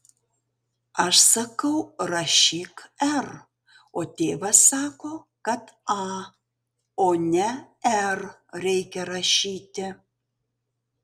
aš sakau rašyk r o tėvas sako kad a o ne r reikia rašyti